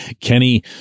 Kenny